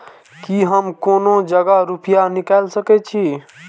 की हम कोनो जगह रूपया निकाल सके छी?